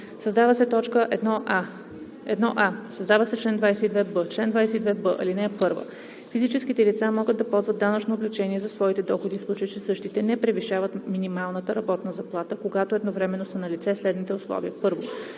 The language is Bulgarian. Създава се т. 1а: „1а. Създава се чл. 22б: „Чл. 22б (1) Физическите лица могат да ползват данъчно облекчение за своите доходи, в случай че същите не превишават минималната работна заплата, когато едновременно са налице следните условия: 1.